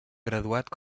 graduat